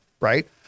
right